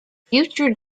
future